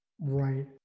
Right